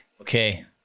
Okay